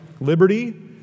liberty